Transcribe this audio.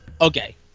Okay